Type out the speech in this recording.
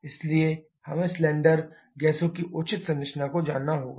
इसलिए हमें सिलेंडर गैसों की उचित संरचना को जानना होगा